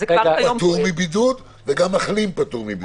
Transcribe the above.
הוא פטור מבידוד וגם מחלים פטור מבידוד.